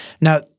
Now